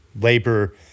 labor